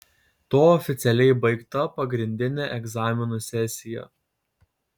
tuo oficialiai baigta pagrindinė egzaminų sesija